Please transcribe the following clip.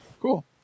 Cool